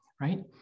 right